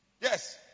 Yes